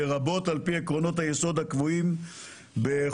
לרבות על פי עקרונות היסוד הקבועים בחוק